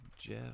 jeff